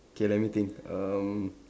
okay let me think um